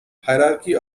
hierarchy